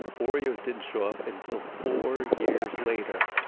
oreos didn't show up until four years later,